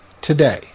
today